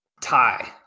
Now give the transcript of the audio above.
tie